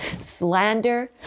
slander